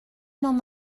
n’en